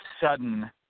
sudden